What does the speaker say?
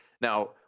now